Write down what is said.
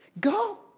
Go